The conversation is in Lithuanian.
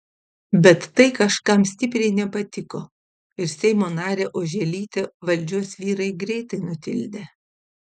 bet tai kažkam stipriai nepatiko ir seimo narę oželytę valdžios vyrai greitai nutildė